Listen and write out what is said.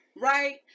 right